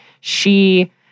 She-